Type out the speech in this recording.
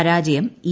പരാജയം ഇ